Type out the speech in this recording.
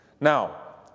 Now